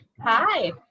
Hi